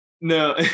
No